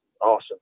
awesome